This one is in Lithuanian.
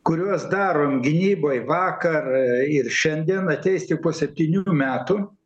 kuriuos darom gynyboj vakar ir šiandien ateis tik po septynių metų